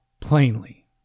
plainly